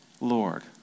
Lord